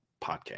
Podcast